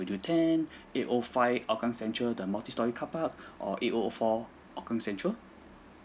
ten eight O five hougang central the multistorey carpark or eight O four hougang central